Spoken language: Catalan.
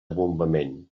bombament